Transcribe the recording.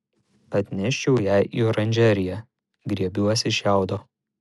atneščiau ją į oranžeriją griebiuosi šiaudo